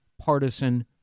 partisan